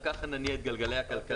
רק כך נניע את גלגלי הכלכלה.